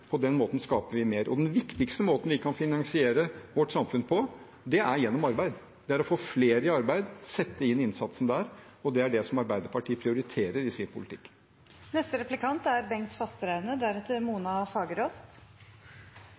På den måten skaper vi mer. Den viktigste måten vi kan finansiere vårt samfunn på, er gjennom arbeid. Det er å få flere i arbeid, å sette inn innsatsen der, og det er det Arbeiderpartiet prioriterer i sin politikk. Alle skal med, blir det sagt i Arbeiderpartiet, og det er